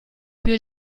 più